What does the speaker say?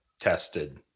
tested